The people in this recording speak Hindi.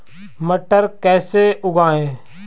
मटर कैसे उगाएं?